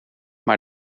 maar